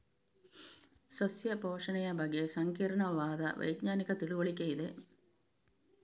ಸಸ್ಯ ಪೋಷಣೆಯ ಬಗ್ಗೆ ಸಂಕೀರ್ಣವಾದ ವೈಜ್ಞಾನಿಕ ತಿಳುವಳಿಕೆ ಇದೆ